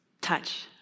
touch